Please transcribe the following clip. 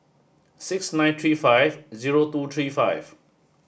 six nine three five zero two three five